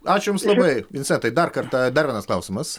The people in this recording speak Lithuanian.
ačiū jums labai vincentai dar kartą dar vienas klausimas